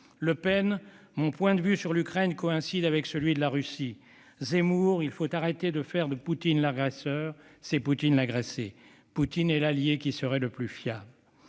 :« Mon point de vue sur l'Ukraine coïncide avec celui de la Russie. » Quant à Zemmour, il a affirmé :« Il faut arrêter de faire de Poutine l'agresseur, c'est Poutine l'agressé. Poutine est l'allié qui serait le plus fiable.